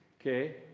Okay